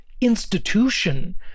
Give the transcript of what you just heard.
institution